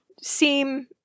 seem